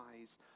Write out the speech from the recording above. eyes